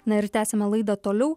na ir tęsiame laidą toliau